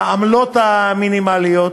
העמלות המינימליות.